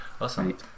Awesome